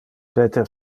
peter